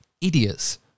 idiots